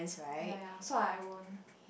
ya ya so I won't